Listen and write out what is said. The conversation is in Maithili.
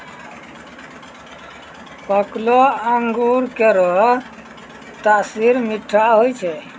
पकलो अंगूर केरो तासीर मीठा होय छै